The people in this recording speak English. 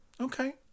Okay